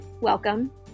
Welcome